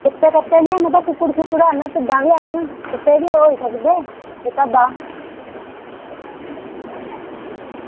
कुत्ते निं हैन पर कुक्कड़ ते भिड्डां हैन कुत्ते बी होई सकदे ते